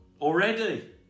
already